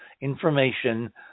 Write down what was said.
information